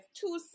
two